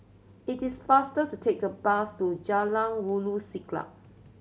it is faster to take the bus to Jalan Ulu Siglap